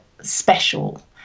special